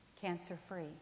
cancer-free